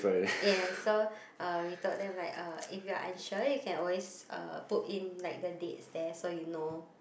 yes so uh we told them like uh if you are unsure you can always uh put in like the dates there so you know